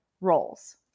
roles